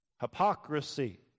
hypocrisy